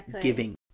giving